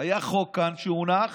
היה כאן חוק שהונח